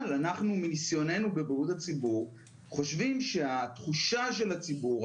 אבל אנחנו מנסיוננו בבריאות הציבור חושבים שהתחושה של הציבור,